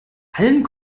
allen